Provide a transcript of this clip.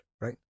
right